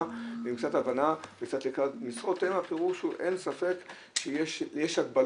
ועם קצת הבנה ועם קצת משרות אם הפירוש הוא שאין ספק שיש הגבלות.